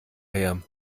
her